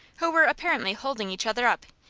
who were apparently holding each other up,